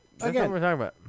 Again